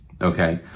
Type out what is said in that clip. Okay